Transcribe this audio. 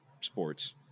sports